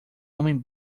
homem